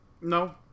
No